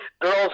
girls